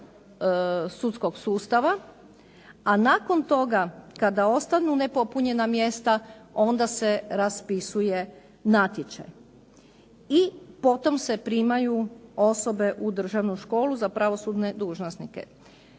sudskog sustava a nakon toga kada ostanu nepopunjena mjesta onda se raspisuje natječaj i potom se primaju osobe u državnu školu za pravosudne dužnosnike.